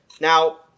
Now